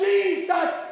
Jesus